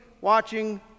watching